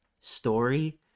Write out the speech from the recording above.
story